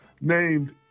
named